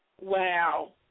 Wow